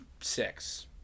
six